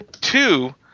two